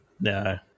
No